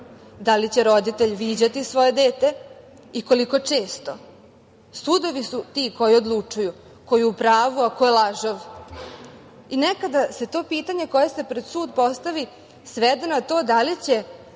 da li će roditelj viđati svoje dete i koliko često. Sudovi su ti koji odlučuju ko je u pravu, a ko je lažov. Nekada se to pitanje koje se pred sud postavi svede na to da li će